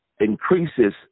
increases